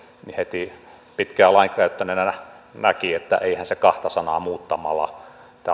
niin heti pitkään lainkäyttäjänä olleena näki että eihän tämä asia kahta sanaa muuttamalla